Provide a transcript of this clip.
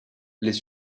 les